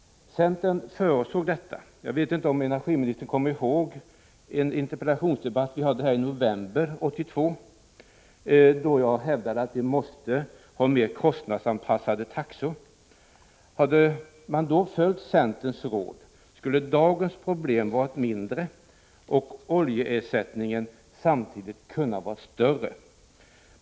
Centern förutsåg detta. Jag vet inte om energiministern kommer ihåg en interpellationsdebatt som vi hade i november 1982, då jag hävdade att vi måste ha mer kostnadsanpassade taxor. Om man då hade följt centerns råd skulle dagens problem ha varit mindre och oljeersättningen samtidigt kunnat vara större.